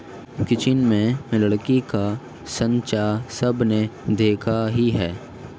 kitchen में लकड़ी का साँचा सबने देखा ही है